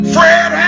Fred